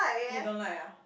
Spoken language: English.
you don't like ah